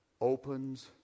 opens